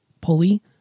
pulley